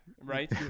right